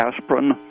aspirin